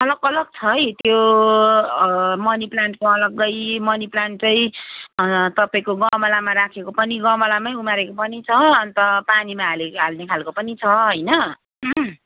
अलग अलग छ है त्यो मनि प्लान्टको अलगै मनि प्लान्ट चाहिँ तपाईँको गमलामा राखेको पनि गमलामै उमारेको पनि छ अन्त पानीमा हाली हाल्ने खालको पनि छ होइन